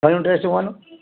घणियूं ड्रैसूं आहिनि